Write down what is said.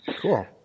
Cool